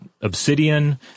obsidian